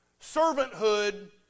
servanthood